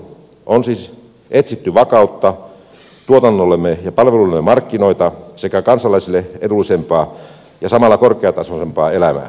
on siis etsitty vakautta tuotannollemme ja palveluillemme markkinoita sekä kansalaisille edullisempaa ja samalla korkeatasoisempaa elämää